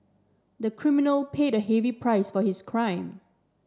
the criminal paid a heavy price for his crime